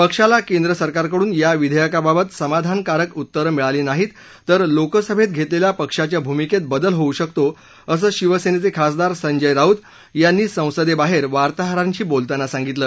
पक्षाला केंद्रसरकारकडून या विधेयकाबाबत समाधानकारक उत्तर मिळाली नाहीत तर लोकसभेत घेतलेल्या पक्षाच्या भूमिकेत बदल होऊ शकतो असं शिवसेनेचे खासदार संजय राऊत यांनी संसदेबाहेर वार्ताहरांशी बोलताना सांगितलं